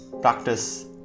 practice